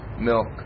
milk